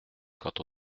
quand